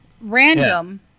random